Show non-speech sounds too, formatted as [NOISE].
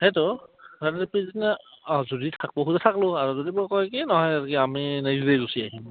সেইটো তাৰে পিছদিনা অঁ যদি থাকিব খোজে থাকিলোঁ আৰু যদি বোলে কয় কি নহয় আমি [UNINTELLIGIBLE] গুচি আহিম